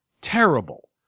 terrible